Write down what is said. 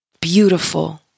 Beautiful